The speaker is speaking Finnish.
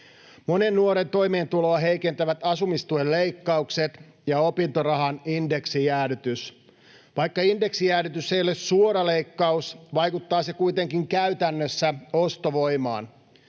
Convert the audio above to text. Monen nuoren toimeentuloa heikentävät asumistuen leikkaukset ja opintorahan indeksijäädytys. Vaikka indeksijäädytys ei ole suora leikkaus, vaikuttaa se kuitenkin käytännössä ostovoimaan.